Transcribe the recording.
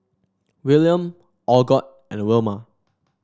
William Algot and Wilma